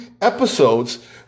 episodes